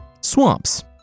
swamps